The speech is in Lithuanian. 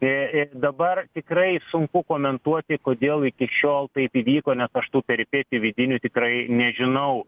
į ir dabar tikrai sunku komentuoti kodėl iki šiol taip įvyko nes aš tų peripetijų vidinių tikrai nežinau